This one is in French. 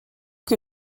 que